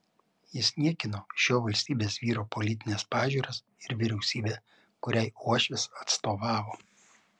jis niekino šio valstybės vyro politines pažiūras ir vyriausybę kuriai uošvis atstovavo